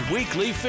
Weekly